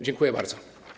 Dziękuję bardzo.